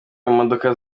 imodoka